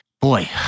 boy